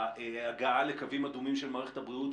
הגעה לקווים אדומים של מערכת הבריאות,